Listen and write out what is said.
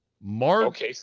Mark